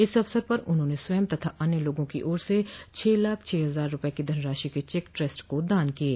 इस अवसर पर उन्होंने स्वयं तथा अन्य लोगों की ओर से छह लाख छह हजार रूपये की धनराशि के चेक ट्रस्ट को दान दिये